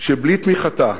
שבלי תמיכתה,